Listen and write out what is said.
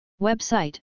Website